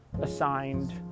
assigned